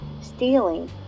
stealing